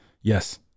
Yes